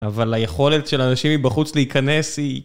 אבל היכולת של אנשים מבחוץ להיכנס היא...